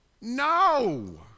No